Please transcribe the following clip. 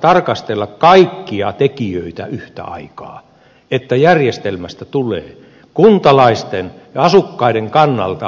tarkastella kaikkia tekijöitä yhtä aikaa niin että järjestelmästä tulee kuntalaisten ja asukkaiden kannalta oikeudenmukainen